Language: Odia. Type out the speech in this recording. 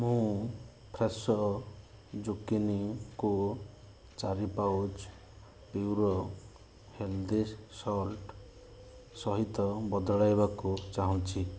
ମୁଁ ଫ୍ରେଶୋ ଜୁକିନିକୁ ଚାରି ପାଉଚ୍ ପ୍ୟୁରୋ ହେଲ୍ଦି ସଲ୍ଟ୍ ସହିତ ବଦଳାଇବାକୁ ଚାହୁଁଛି